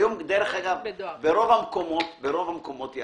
בכמעט כל המקומות שהייתי